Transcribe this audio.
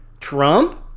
Trump